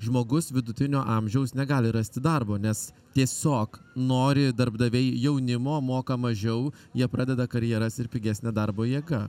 žmogus vidutinio amžiaus negali rasti darbo nes tiesiog nori darbdaviai jaunimo moka mažiau jie pradeda karjeras ir pigesnė darbo jėga